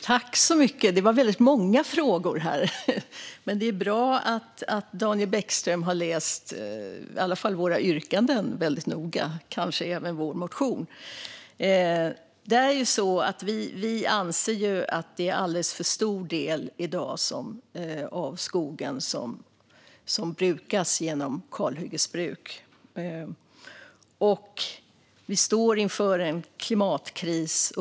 Herr talman! Det var väldigt många frågor här. Men det är bra att Daniel Bäckström har läst i alla fall våra yrkanden väldigt noga och kanske även vår motion. Vi anser att det i dag är alldeles för stor del av skogen som brukas genom kalhyggesbruk. Vi står inför en klimatkris.